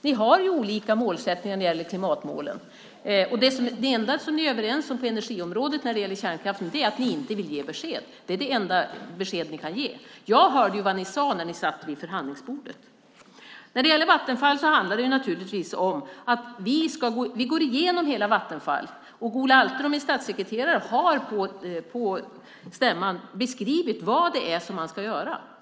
Ni har ju olika målsättningar när det gäller klimatmålen. Det enda som ni är överens om på energiområdet när det gäller kärnkraften är att ni inte vill ge besked. Det är det enda besked ni kan ge. Jag hörde ju vad ni sade när ni satt vid förhandlingsbordet. När det gäller Vattenfall handlar det naturligtvis om att vi går igenom hela Vattenfall. Ola Alterå, min statssekreterare, har på stämman beskrivit vad det är man ska göra.